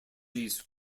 these